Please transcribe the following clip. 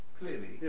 clearly